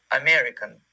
American